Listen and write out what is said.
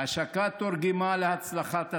ההשקעה תורגמה להצלחת התלמידים.